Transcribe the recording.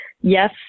yes